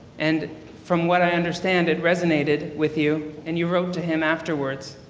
and from what i understand it resonated with you and you wrote to him afterwards.